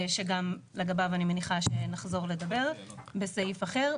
שגם לגביו אני מניחה שנחזור לדבר בסעיף אחר.